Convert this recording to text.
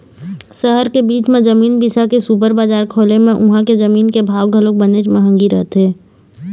सहर के बीच म जमीन बिसा के सुपर बजार खोले म उहां के जमीन के भाव घलोक बनेच महंगी रहिथे